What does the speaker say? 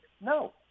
no